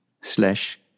slash